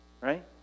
Right